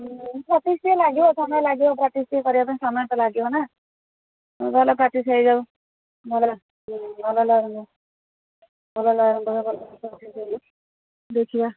ମୁଁ ପ୍ରାକ୍ଟିସ୍ ଟିକେ ଲାଗିବ ସମୟ ଲାଗିବ ପ୍ରାକ୍ଟିସ୍ ଟିକେ କରିବା ପାଇଁ ସମୟ ତ ଲାଗିବ ନା ଭଲ ପ୍ରାକ୍ଟିସ୍ ହେଇଯାଉ ଦେଖିଆ